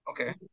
Okay